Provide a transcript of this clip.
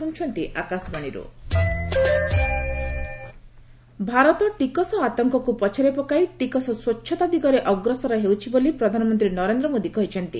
PM inaugurate Bharat ଟିକସ ଆତଙ୍କକୁ ପଛରେ ପକାଇ ଟିକସ ସ୍ୱଚ୍ଛତା ଦିଗରେ ଅଗ୍ରସର ହେଉଛି ବୋଲି ପ୍ରଧାନମନ୍ତ୍ରୀ ନରେନ୍ଦ୍ର ମୋଦୀ କହିଛନ୍ତି